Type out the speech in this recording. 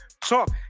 talk